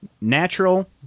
natural